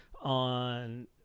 on